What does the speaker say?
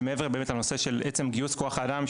שמעבר באמת לנושא של עצם גיוס כוח אדם,